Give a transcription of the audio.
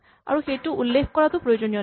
আৰু সেইটো উল্লেখ কৰাটো প্ৰয়োজনীয় নে